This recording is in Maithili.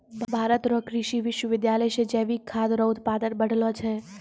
भारत रो कृषि विश्वबिद्यालय से जैविक खाद रो उत्पादन बढ़लो छै